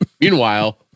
meanwhile